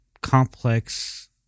complex